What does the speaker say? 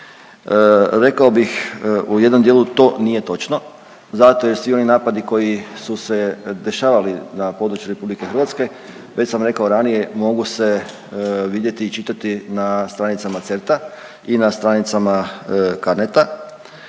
Rekao bih u jednom dijelu, to nije točno zato jer svi oni napadi koji su se dešavali na području RH, već sam rekao ranije, mogu se vidjeti i čitati na stranicama centra i na stranicama CARNET-a,